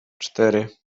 cztery